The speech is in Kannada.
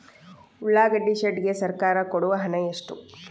ಉಳ್ಳಾಗಡ್ಡಿ ಶೆಡ್ ಗೆ ಸರ್ಕಾರ ಕೊಡು ಹಣ ಎಷ್ಟು?